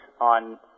on